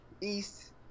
East